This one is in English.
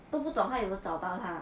都不懂她有没有找到他